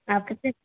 आप कितने